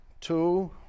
two